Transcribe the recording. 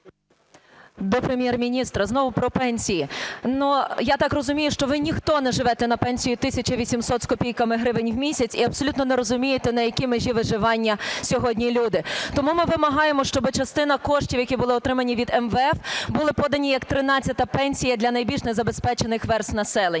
До Прем’єр-міністра. Знову про пенсії. Ну я так розумію, що ви ніхто не живете на пенсію 1800 з копійками гривень в місяць і абсолютно не розумієте, на якій межі виживання сьогодні люди. Тому ми вимагаємо, щоби частина коштів, які були отримані від МВФ, були подані, як 13 пенсія для найбільш незабезпечених верств населення.